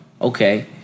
okay